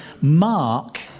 Mark